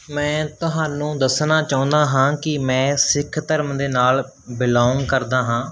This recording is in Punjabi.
ਮੈਂ ਤੁਹਾਨੂੰ ਦੱਸਣਾ ਚਾਹੁੰਦਾ ਹਾਂ ਕਿ ਮੈਂ ਸਿੱਖ ਧਰਮ ਦੇ ਨਾਲ ਬਿਲੋਂਗ ਕਰਦਾ ਹਾਂ